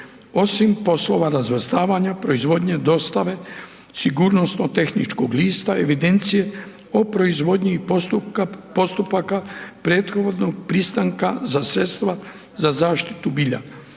osim poslova razvrstavanja proizvodnje, dostave, sigurnosno-tehničkog lista, evidencije o proizvodnji i postupaka prethodnog pristanka za sredstva za zaštitu bilja.